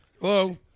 Hello